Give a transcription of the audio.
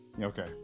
Okay